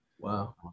Wow